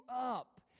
up